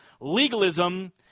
legalism